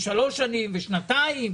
שלוש שנים ושנתיים.